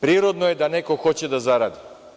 Prirodno je da neko hoće da zaradi.